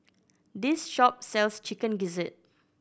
this shop sells Chicken Gizzard